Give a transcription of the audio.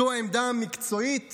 זו העמדה המקצועית